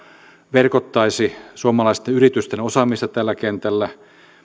verkottaisi suomalaisten yritysten osaamista tällä kentällä